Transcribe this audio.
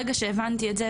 ברגע שהבנתי את זה,